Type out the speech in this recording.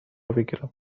بگیرم